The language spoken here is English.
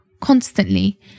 constantly